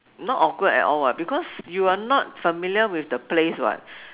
not awkward at all what because you are not familiar with the place what